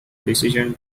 decision